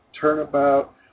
Turnabout